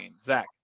Zach